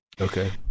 Okay